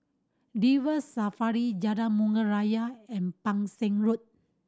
River Safari Jalan Bunga Raya and Pang Seng Road